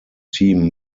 team